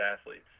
athletes